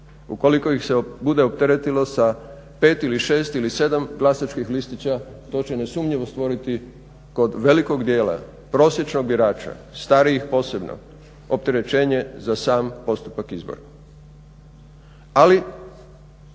Ukoliko ih se bude opteretilo sa 5 ili 6 ili 7 glasačkih listića to će nesumnjivo stvoriti kod velikog dijela prosječnog biračka, starijih posebno, opterećenje za sam postupak izbora.